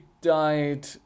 died